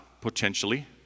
potentially